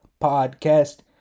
podcast